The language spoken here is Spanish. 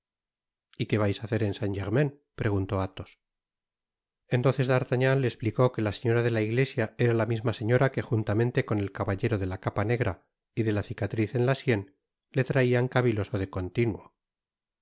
y qué vais á hacer en saint-germain preguntó athos entonces d'artagnan le esplicó que la señora de la iglesia era la misma señora que juntamente con el caballero de la capa negra y de la cicatriz en la sien le traian caviloso de continuo